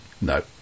No